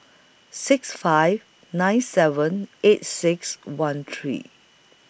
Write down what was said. six five nine seven eight six one three